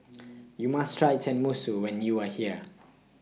YOU must Try Tenmusu when YOU Are here